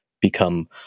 become